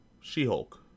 She-Hulk